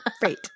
great